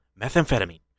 Methamphetamine